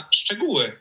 szczegóły